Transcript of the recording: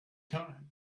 time